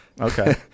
Okay